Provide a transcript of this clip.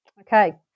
Okay